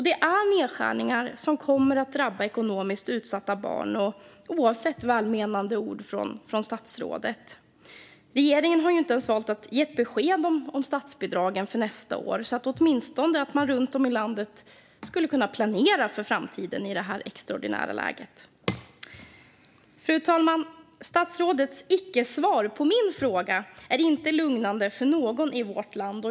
Detta är nedskärningar som kommer att drabba ekonomiskt utsatta barn, oavsett välmenande ord från statsrådet. Regeringen har inte ens valt att ge ett besked om statsbidragen för nästa år så att man runt om i landet åtminstone skulle kunna planera för framtiden i detta extraordinära läge. Fru talman! Statsrådets icke-svar på min fråga är inte lugnande för någon i vårt land.